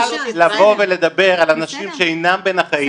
קל לבוא ולדבר על אנשים שאינם בין החיים.